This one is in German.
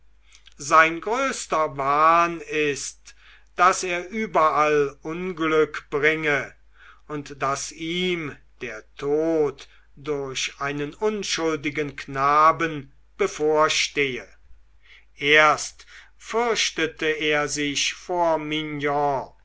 sein größter wahn ist daß er überall unglück bringe und daß ihm der tod durch einen unschuldigen knaben bevorstehe erst fürchtete er sich vor mignon